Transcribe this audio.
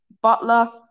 Butler